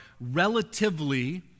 relatively